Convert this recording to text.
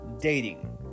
dating